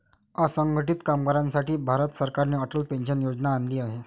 असंघटित कामगारांसाठी भारत सरकारने अटल पेन्शन योजना आणली आहे